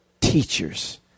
teachers